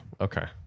Okay